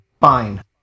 Fine